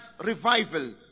revival